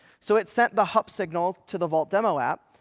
so it sent the hup signal to the vault demo app.